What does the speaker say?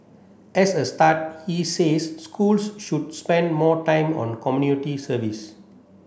as a start he says schools should spend more time on community service